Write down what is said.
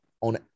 on